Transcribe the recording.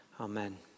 Amen